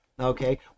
Okay